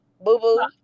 Boo-boo